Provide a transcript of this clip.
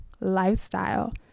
lifestyle